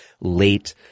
late